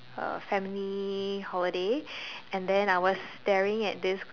a family holiday and then I was staring at this